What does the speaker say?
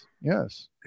Yes